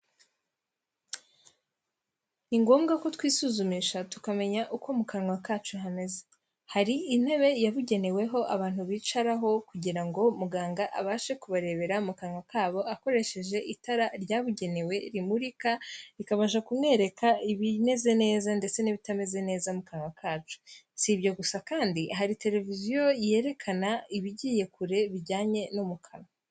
Ni ngombwa ko twisuzumisha tukamenya uko mu kanwa kacu hameze. Hari intebe yabugeneweho abantu bicaraho kugira ngo muganga abashe kubarebera mu kanwa kabo akoresheje itara ryabugenewe rimurika rikabasha kumwereka ibimeze neza ndetse n'ibitameze neza mu kanwa kacu. Si ibyo gusa kandi hari televiziyo yerekana ibigiye kure bijyanye no mu kanwa.